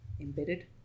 embedded